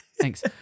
thanks